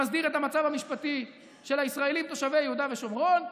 שמסדירות את המצב המשפטי של הישראלים תושבי יהודה ושומרון,